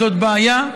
זאת בעיה.